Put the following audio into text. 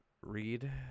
read